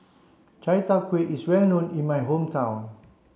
Chai Tow Kway is well known in my hometown